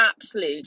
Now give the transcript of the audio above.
absolute